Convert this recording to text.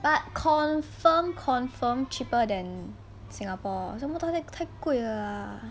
but confirm confirm cheaper than singapore 全部都是太贵啦